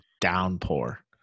downpour